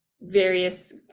various